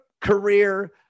career